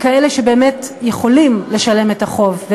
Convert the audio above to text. מכאלה שבאמת יכולים לשלם את החוב,